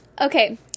okay